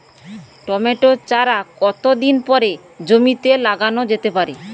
Tomato চারা কতো দিন পরে জমিতে লাগানো যেতে পারে?